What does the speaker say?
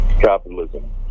capitalism